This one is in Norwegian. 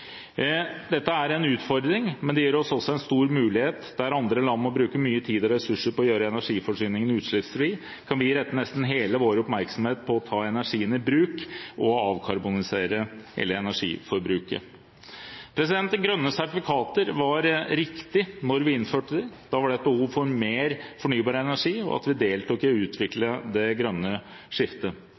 Dette er en utfordring, men det gir oss også en stor mulighet. Der andre land må bruke mye tid og ressurser på å gjøre energiforsyningen utslippsfri, kan vi rette nesten hele vår oppmerksomhet mot å ta energien i bruk og avkarbonisere hele energiforbruket. De grønne sertifikatene var riktige da vi innførte dem. Da var det behov for mer fornybar energi og at vi deltok i å utvikle det grønne skiftet.